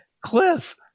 Cliff